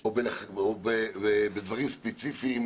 או בדברים ספציפיים